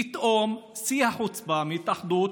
פתאום, שיא החוצפה של ההתאחדות,